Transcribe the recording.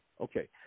okay